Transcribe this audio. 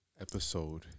episode